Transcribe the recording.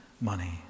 money